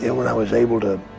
yeah when i was able to